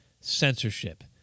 censorship